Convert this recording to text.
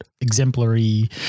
Exemplary